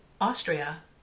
Austria